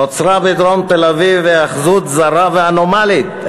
נוצרה בדרום תל-אביב היאחזות זרה ואנומלית,